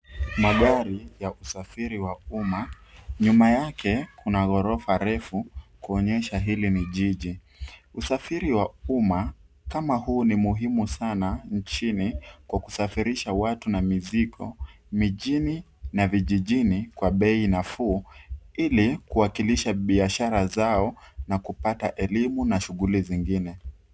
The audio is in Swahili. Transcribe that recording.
Magari ya usafiri wa umma. Nyuma yake kuna ghorofa refu kuonyesha hili ni jiji. Usafiri wa umma kama huu ni muhimu sana nchini kwa kusafirisha watu na mizigo mijini na vijijini kwa bei nafuu ili kuwakilisha biashara zao na kupata elimu na shughuli zingine.